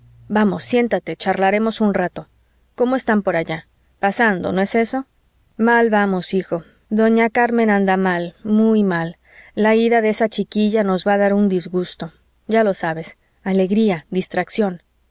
vamos siéntate charlaremos un rato cómo están por allá pasando no es eso mal vamos hijo doña carmen anda mal muy mal la ida de esa chiquilla nos va a dar un disgusto ya lo sabes alegría distracción